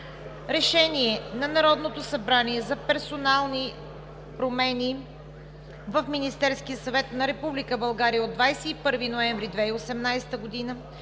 Решение на Народното събрание за персонални промени в Министерския съвет на Република България на 5 април 2019 г. и